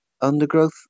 undergrowth